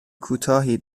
کوتاهی